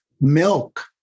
milk